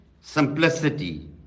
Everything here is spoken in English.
simplicity